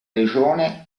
legione